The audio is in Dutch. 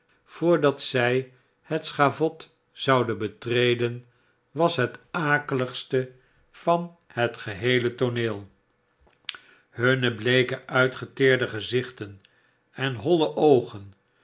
voordat zij het schavot zouden betreden was het akeligste van het geheele tooneel hunne bleeke uitgeteerde gezichten en nolle oogen